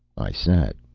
i sat.